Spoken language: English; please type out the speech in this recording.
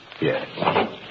Yes